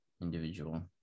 individual